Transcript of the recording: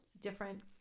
different